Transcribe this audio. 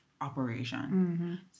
operation